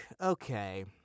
okay